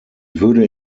würde